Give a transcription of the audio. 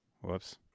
Whoops